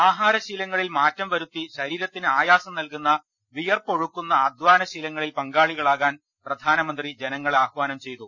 ആഹാരശീലങ്ങളിൽ മാറ്റം വരുത്തി ശരീരത്തിന് ആയാസം നൽകുന്ന വിയർപ്പൊഴുക്കുന്ന അധാനശീലങ്ങളിൽ പങ്കാളികളാകാൻ പ്രധാനമന്ത്രി ജനങ്ങളെ ആഹ്വാനം ചെയ്തു